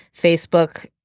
Facebook